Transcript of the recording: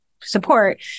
support